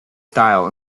style